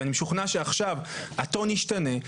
ואני משוכנע שעכשיו הטון ישתנה,